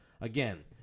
Again